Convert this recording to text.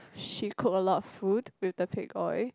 she cook a lot of food with the pig oil